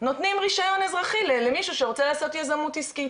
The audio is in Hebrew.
נותנים רישיון אזרחי למישהו שרוצה לעשות יזמות עסקית.